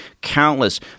countless